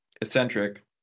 eccentric